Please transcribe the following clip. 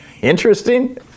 Interesting